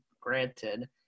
Granted